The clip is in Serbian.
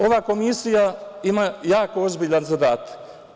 Ova komisija ima jako ozbiljan zadatak.